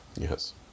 Yes